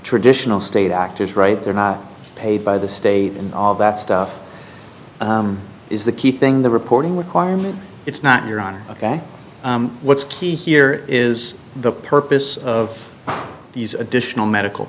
traditional state actors right they're not paid by the state and all that stuff is the key thing the reporting requirement it's not your honor ok what's key here is the purpose of these additional medical